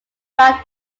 mag